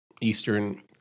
Eastern